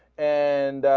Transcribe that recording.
and